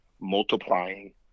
multiplying